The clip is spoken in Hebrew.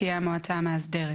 תהיה המועצה המאסדרת.